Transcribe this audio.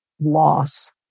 loss